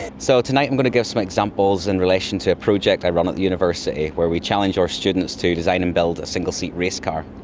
so tonight i'm going to give some examples in relation to a project i run at the university where we challenge our students to design and build a single-seat race car.